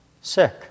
sick